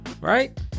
right